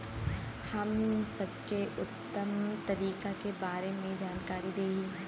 हम सबके उत्तम तरीका के बारे में जानकारी देही?